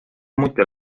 samuti